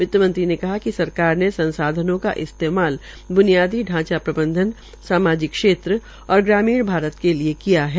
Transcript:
वित्तमंत्री ने कहा कि सरकार ने संसाधनों का इस्तेमाल ब्नियादी ढांचा प्रबंधन सामाजिक क्षेत्र और ग्रामीण भारत के लिये किया है